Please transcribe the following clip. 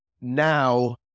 Now